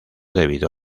debido